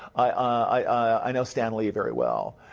i i know stan lee very well.